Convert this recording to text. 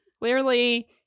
Clearly